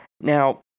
Now